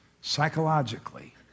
psychologically